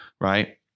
right